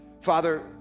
Father